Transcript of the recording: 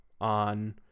on